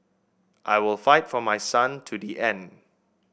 I will fight for my son to the end